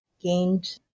gained